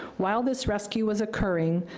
while this rescue was occurring,